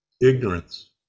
Ignorance